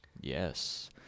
yes